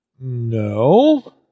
No